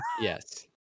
Yes